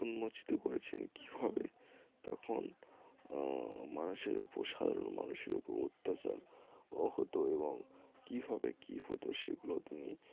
উন্মোচিত করেছেন কীভাবে তখন মানুষের ওপর সাধারণ মানুষের উপর অত্যাচার হতো এবং কীভাবে কী হতো সেগুলোও তিনি